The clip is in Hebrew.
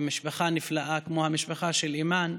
ומשפחה נפלאה כמו המשפחה של אימאן,